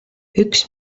üks